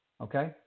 okay